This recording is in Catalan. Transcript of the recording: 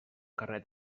carnet